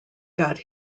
got